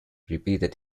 repeated